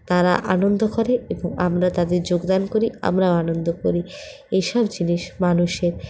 তারা আনন্দ করে এবং আমরা তাতে যোগদান করি আমরাও আনন্দ করি এইসব জিনিস মানুষের